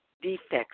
defects